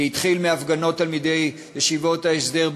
זה התחיל מהפגנות תלמידי ישיבות ההסדר,